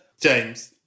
James